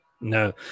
No